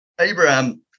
abraham